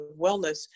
wellness